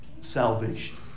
salvation